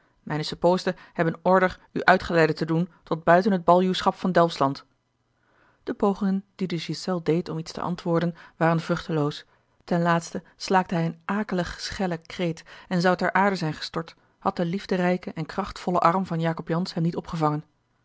mijne suppoosten hebben order u uitgeleide te doen tot buiten het baljuwschap van delftsland de pogingen die de ghiselles deed om iets te antwoorden waren vruchteloos ten laatste slaakte hij een akelig schellen kreet en zou ter aarde zijn gestort had de liefderijke en krachtvolle arm van jacob jansz hem niet opgevangen